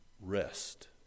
rest